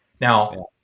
now